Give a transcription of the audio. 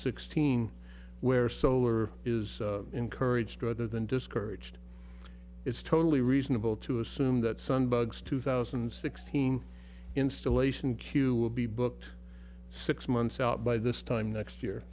sixteen where solar is encouraged rather than discouraged it's totally reasonable to assume that sun bugs two thousand and sixteen installation q will be booked six months out by this time next year